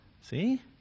See